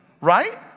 Right